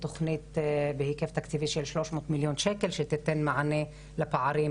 תוכנית בהיקף תקציבי של 300 מיליון שקל שתיתן מענה לפערים